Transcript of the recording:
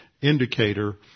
indicator